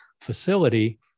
facility